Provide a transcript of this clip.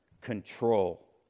control